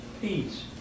peace